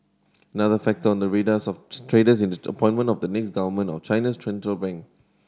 another factor on the radars of traders is the appointment of the next government of China's bank